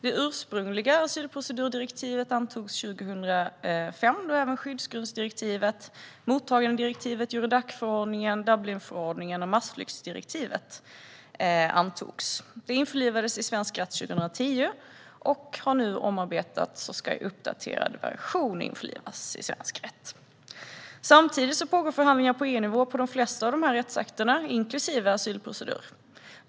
Det ursprungliga asylprocedurdirektivet antogs 2005 då även skyddsgrundsdirektivet, mottagandedirektivet, Eurodacförordningen, Dublinförordningen och massflyktsdirektivet antogs. Det införlivades i svensk rätt 2010 och har nu omarbetats och ska i uppdaterad version införlivas i svensk rätt. Samtidigt pågår förhandlingar på EU-nivå om de flesta av de här rättsakterna, inklusive asylprocedurdirektivet.